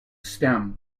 stem